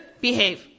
Behave